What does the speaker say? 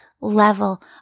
level